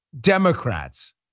Democrats